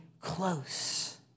close